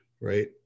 Right